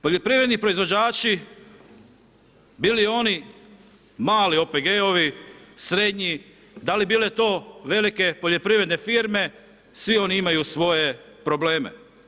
Poljoprivredni proizvođači, bili oni mali OPG-ovi, srednji, da li bile to velike poljoprivredne firme, svi oni imaju svoje probleme.